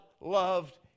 loved